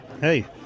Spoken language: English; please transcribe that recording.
Hey